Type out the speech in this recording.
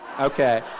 okay